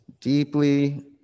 deeply